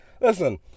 Listen